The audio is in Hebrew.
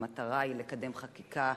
המטרה היא לקדם חקיקה,